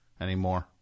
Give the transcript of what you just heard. anymore